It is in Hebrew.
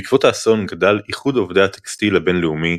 בעקבות האסון גדל "איחוד עובדי הטקסטיל הבין-לאומי",